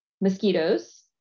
mosquitoes